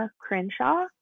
crenshaw